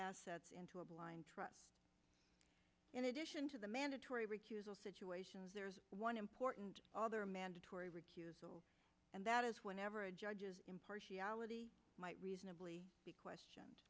assets into a blind trust in addition to the mandatory recusal situations there's one important other mandatory recusal and that is whenever a judge's impartiality might reasonably be questioned